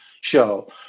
show